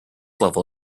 level